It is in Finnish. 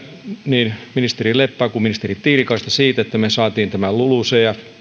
niin ministeri leppää kuin ministeri tiilikaista siitä että me saimme lulucf